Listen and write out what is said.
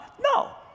no